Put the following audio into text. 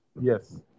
Yes